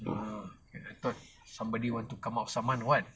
uh I thought somebody want to come out summon [what]